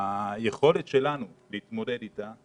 היכולת שלנו להתמודד עם זה...